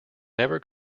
never